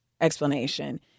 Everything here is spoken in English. explanation